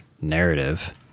narrative